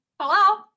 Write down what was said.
hello